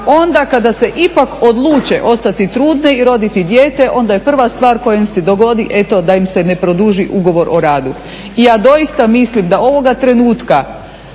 onda kada se ipak odluče ostati trudne i roditi dijete onda je prva stvar koja im se dogodi eto da im se ne produži ugovor o radu. I ja doista mislim da ovoga trenutka